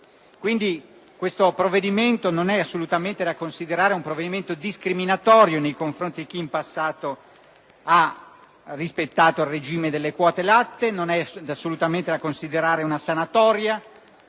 Quindi, il provvedimento in esame non è assolutamente da considerare un provvedimento discriminatorio nei confronti di chi in passato ha rispettato il regime delle quote latte e non è assolutamente da considerare una sanatoria,